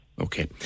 Okay